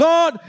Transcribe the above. God